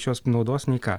šios naudos nei ką